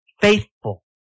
faithful